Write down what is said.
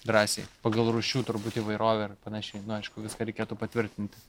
drąsiai pagal rūšių turbūt įvairovę ir panašiai nu aišku viską reikėtų patvirtinti